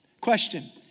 Question